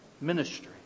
ministry